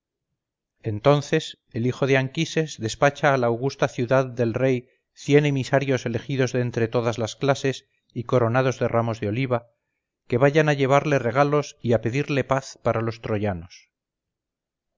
entonces el hijo de anquises despacha a la augusta ciudad del rey cien emisarios elegidos de entre todas las clases y coronados de ramos de oliva que vayan a llevarle regalos y a pedirle paz para los troyanos